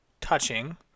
touching